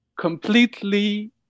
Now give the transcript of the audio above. completely